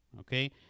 okay